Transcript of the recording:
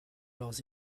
leurs